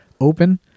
open